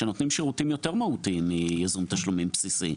שנותנים שירותים יותר מהותיים מייזום תשלומים בסיסי.